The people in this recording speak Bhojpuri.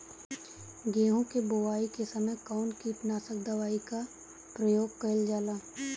गेहूं के बोआई के समय कवन किटनाशक दवाई का प्रयोग कइल जा ला?